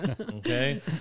Okay